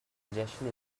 congestion